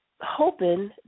hoping